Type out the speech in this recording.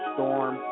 Storm